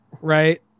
right